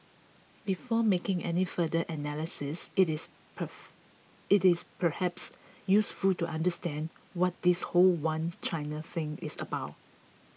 before making any further analysis it is puff it is perhaps useful to understand what this whole One China thing is about